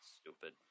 stupid